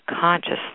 consciously